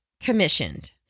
commissioned